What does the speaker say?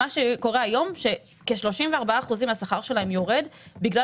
מה שקורה היום זה שכ-34 אחוזים מהשכר שלהם יורד בגלל